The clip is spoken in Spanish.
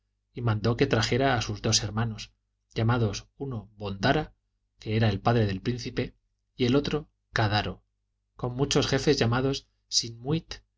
y mandó que trajeran a sus dos hermanos llamados uno bondara que era padre del príncipe y el otro cadaro con muchos jefes llamados simiut